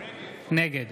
נגד